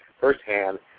firsthand